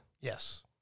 Yes